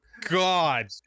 God